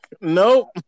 Nope